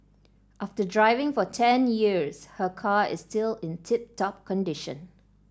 after driving for ten years her car is still in tip top condition